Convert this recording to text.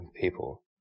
people